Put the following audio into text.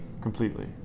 completely